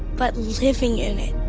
but living in it,